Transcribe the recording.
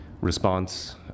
response